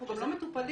אנחנו גם לא מטופלים.